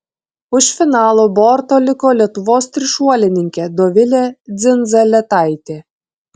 už finalo borto liko lietuvos trišuolininkė dovilė dzindzaletaitė